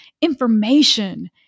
information